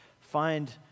find